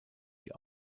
die